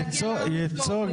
רגע, רגע.